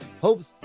hopes